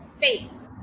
face